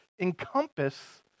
encompass